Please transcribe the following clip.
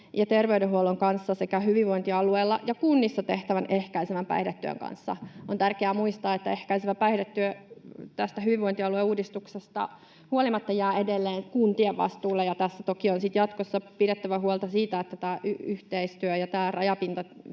ja terveydenhuollon kanssa sekä hyvinvointialueilla ja kunnissa tehtävän ehkäisevän päihdetyön kanssa. On tärkeää muistaa, että ehkäisevä päihdetyö hyvinvointialueuudistuksesta huolimatta jää edelleen kuntien vastuulle, ja toki on sitten jatkossa pidettävä huolta siitä, että tämä yhteistyö ja rajapintayhteistyö